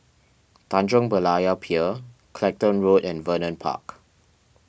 Tanjong Berlayer Pier Clacton Road and Vernon Park